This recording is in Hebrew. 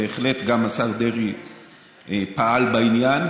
בהחלט גם השר דרעי פעל בעניין.